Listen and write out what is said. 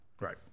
Right